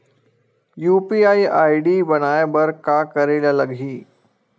UPI ID बनाये बर का करे ल लगही?